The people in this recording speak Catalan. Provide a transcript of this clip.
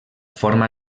forma